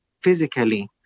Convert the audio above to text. physically